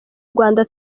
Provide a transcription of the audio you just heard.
rwanda